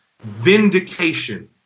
vindication